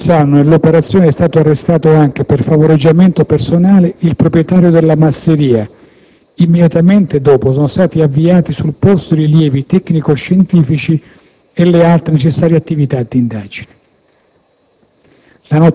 Oltre a Provenzano, nell'operazione è stato arrestato anche, per favoreggiamento personale, il proprietario della masseria; immediatamente dopo, sono stati avviati sul posto i rilievi tecnico-scientifici e le altre necessarie attività d'indagine.